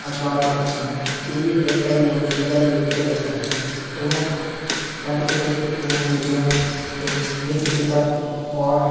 अखबार पढ़ते हैं टी वी पे कई लोग सीरियल देखते रहते हैं प्रमुख मध्य प्रदेश के प्रमुख मीडिया पे न्यूजपेपर और